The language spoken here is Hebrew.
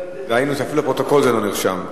ואפילו בפרוטוקול זה לא נרשם,